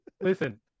Listen